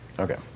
Okay